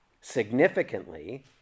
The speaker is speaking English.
Significantly